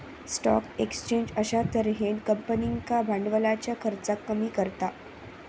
stock exchange अश्या तर्हेन कंपनींका भांडवलाच्या खर्चाक कमी करता